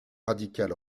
radical